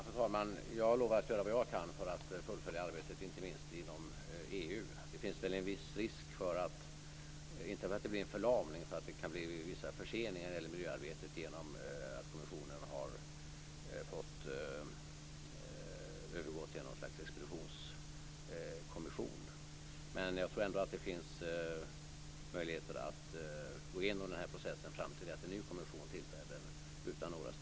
Fru talman! Jag lovar att göra vad jag kan för att fullfölja arbetet, inte minst inom EU. Det finns en viss risk, inte för att det blir en förlamning utan för att det kan bli vissa förseningar i miljöarbetet genom att kommissionen har övergått till att fungera som något slags expeditionskommission. Men jag tror ändå att det finns möjligheter att utan några större problem gå igenom processen fram till dess att en ny kommission tillträder.